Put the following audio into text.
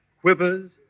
quivers